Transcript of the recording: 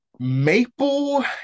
Maple